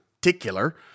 particular